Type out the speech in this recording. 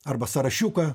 arba sąrašiuką